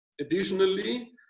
Additionally